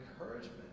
encouragement